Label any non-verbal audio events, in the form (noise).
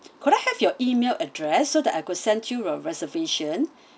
could I have your email address so that I could send you a reservation (breath)